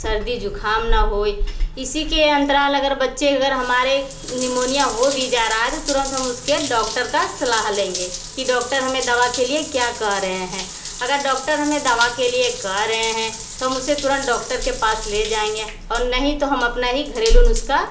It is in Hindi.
सर्दी जुकाम न होए इसी के अंतराल अगर बच्चे अगर हमारे निमोनिया हो भी जा रहा है तुरंत हम उसके डॉक्टर का सलाह लेंगे की डॉक्टर हमें दवा के लिए क्या कह रहे हैं अगर डॉक्टर हमें दवा के लिए कह रहे हैं तो उसे तुरंत डॉक्टर के पास ले जाएंगे और नहीं तो हम अपना ही घरेलू नुस्खा